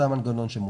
זה המנגנון המוצע.